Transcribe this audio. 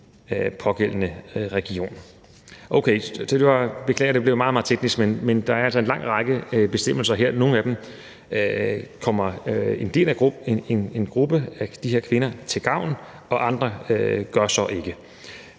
pågældende region. Okay, beklager, det blev meget, meget teknisk. Men der er altså en lang række bestemmelser her. Nogle af dem kommer en gruppe af de her kvinder til gavn, og andre gør så ikke.